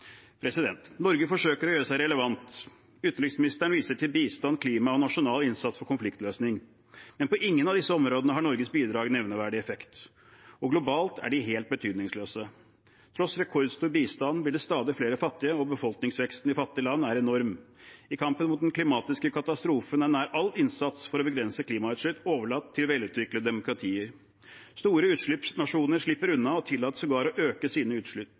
Norge forsøker å gjøre seg relevant. Utenriksministeren viser til bistand, klima og nasjonal innsats for konfliktløsning, men på ingen av disse områdene har Norges bidrag nevneverdig effekt, og globalt er de helt betydningsløse. Tross rekordstor bistand blir det stadig flere fattige, og befolkningsveksten i fattige land er enorm. I kampen mot den klimatiske katastrofen er nær all innsats for å begrense klimautslipp overlatt til velutviklede demokratier. Store utslippsnasjoner slipper unna og tillater sågar å øke sine utslipp.